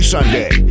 Sunday